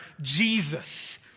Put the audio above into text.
Jesus